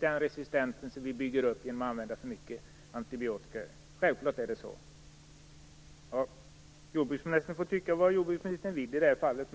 den resistensen som vi bygger upp genom att använda för mycket antibiotika. Självklart är det så. Jordbruksministern får tycka vad jordbruksministern vill i det fallet.